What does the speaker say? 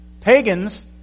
Pagans